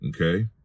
okay